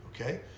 Okay